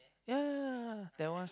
ya ya ya ya ya that one